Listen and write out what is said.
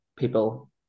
people